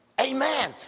Amen